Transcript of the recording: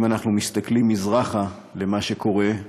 אם אנחנו מסתכלים מזרחה למה שקורה,